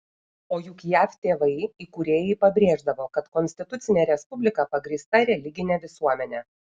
o juk jav tėvai įkūrėjai pabrėždavo kad konstitucinė respublika pagrįsta religine visuomene